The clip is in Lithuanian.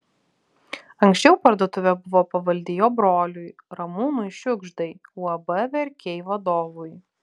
anksčiau parduotuvė buvo pavaldi jo broliui ramūnui šiugždai uab verkiai vadovui